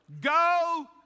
go